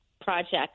project